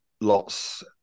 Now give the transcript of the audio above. lots